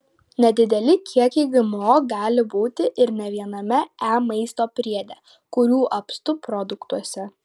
nedideli kiekiai gmo gali būti ir ne viename e maisto priede kurių apstu produktuose